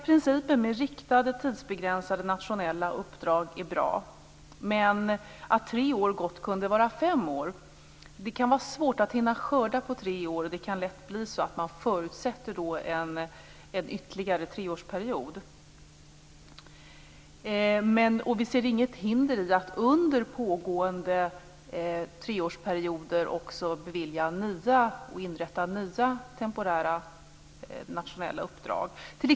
Principen med riktade tidsbegränsade nationella uppdrag är bra, men tre år kunde gott vara fem år. Det kan vara svårt att hinna skörda på tre år, och det kan då lätt bli så att man förutsätter ytterligare en treårsperiod. Vi ser inget hinder i att nya temporära nationella uppdrag beviljas och inrättas under pågående treårsperiod.